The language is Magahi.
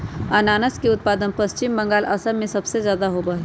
अनानस के उत्पादन पश्चिम बंगाल, असम में सबसे ज्यादा होबा हई